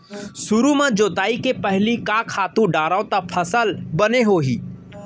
सुरु म जोताई के पहिली का खातू डारव त फसल बने होही?